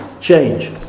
change